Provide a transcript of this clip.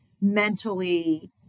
mentally